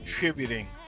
contributing